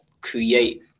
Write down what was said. create